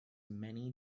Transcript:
many